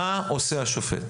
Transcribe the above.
מה עושה השופט?